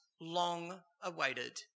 long-awaited